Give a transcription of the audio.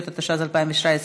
התשע"ח 2018,